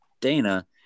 Dana